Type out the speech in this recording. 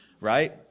right